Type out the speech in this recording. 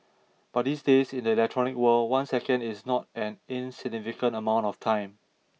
but these days in the electronic world one second is not an insignificant amount of time